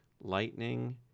lightning